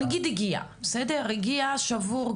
הגיע שבור,